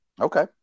Okay